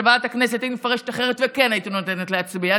ועדת הכנסת הייתי מפרשת אחרת וכן הייתי נותנת להצביע.